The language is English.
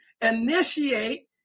initiate